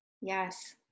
Yes